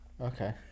Okay